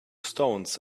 stones